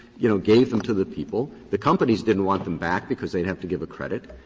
you know, gave them to the people the companies didn't want them back because they would have to give a credit.